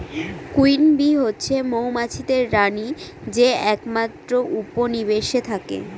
queen bee হচ্ছে মৌমাছিদের রানী যে একমাত্র উপনিবেশে থাকে